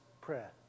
prayer